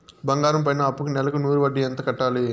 బంగారం పైన అప్పుకి నెలకు నూరు వడ్డీ ఎంత కట్టాలి?